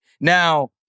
Now